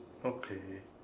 okay